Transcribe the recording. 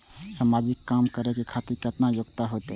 समाजिक काम करें खातिर केतना योग्यता होते?